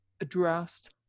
addressed